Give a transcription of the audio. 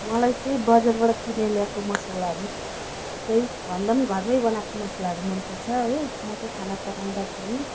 मलाई चाहिँ बजारबाट किनेर ल्याएको मसालाहरू चाहिँ भन्दा पनि घरमै बनाएको मसालाहरू मनपर्छ हो म चाहिँ खाना पकाउँदाखेरि